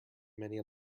many